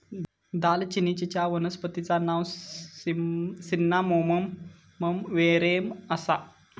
दालचिनीचच्या वनस्पतिचा नाव सिन्नामोमम वेरेम आसा